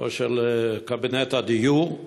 או של קבינט הדיור: